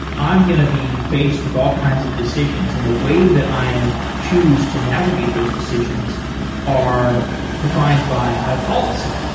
i'm going to be faced with all kinds of decisions. and the way that i choose to navigate those decisions are defined by my policy.